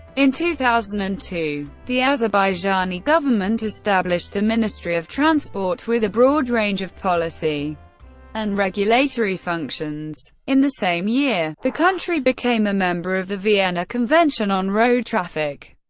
in two thousand and two, the azerbaijani government established the ministry of transport with a broad range of policy and regulatory functions. in the same year, the country became a member of the vienna convention on road traffic.